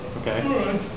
Okay